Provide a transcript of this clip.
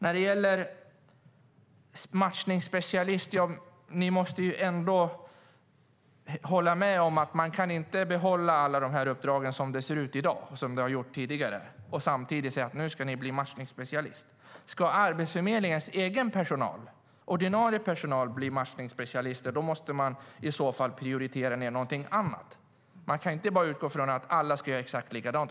Ni måste ni ändå hålla med om att Arbetsförmedlingen inte kan behålla alla de uppdrag som det ser ut i dag och har gjort tidigare och samtidigt säga att den ska bli matchningsspecialist. Ska Arbetsförmedlingens egen ordinarie personal bli matchningsspecialister måste man prioritera ned någonting annat. Man kan inte bara utgå från att alla ska göra exakt likadant.